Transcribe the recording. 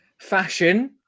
fashion